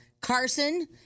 Carson